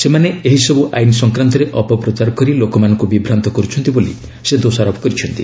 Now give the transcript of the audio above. ସେମାନେ ଏହିସବୁ ଆଇନ ସଂକ୍ରାନ୍ତରେ ଅପପ୍ରଚାର କରି ଲୋକମାନଙ୍କୁ ବିଭ୍ରାନ୍ତ କରୁଛନ୍ତି ବୋଲି ସେ ଦୋଷାରୋପ କରିଛନ୍ତି